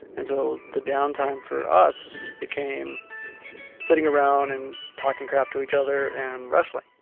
and so the downtime for us became sitting around and talking crap to each other and wrestling.